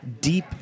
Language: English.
deep